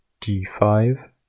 d5